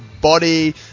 body